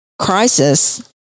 crisis